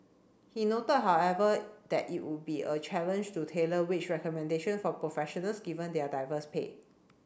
he noted however that it would be a challenge to tailor wage recommendation for professionals given their diverse pay